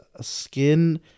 skin